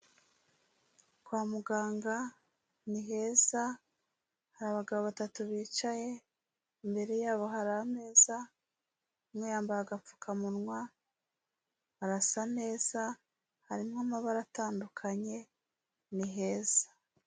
Kwa muganga ni heza, hari abagabo batatu bicaye, imbere yabo hari ameza, umwe yambaye agapfukamunwa, arasa neza, harimo amabara, atandukanye ni heza.